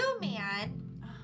man